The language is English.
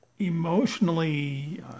emotionally